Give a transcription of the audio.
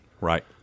Right